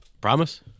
Promise